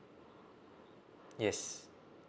yes